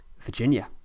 Virginia